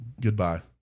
goodbye